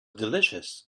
delicious